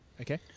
Okay